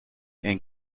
and